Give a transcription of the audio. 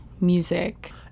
music